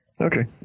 okay